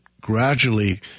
gradually